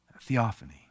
Theophany